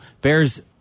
Bears